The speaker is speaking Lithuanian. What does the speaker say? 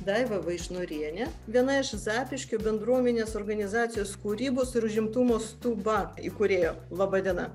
daiva vaišnorienė viena iš zapyškio bendruomenės organizacijos kūrybos ir užimtumo stuba įkūrėjų laba diena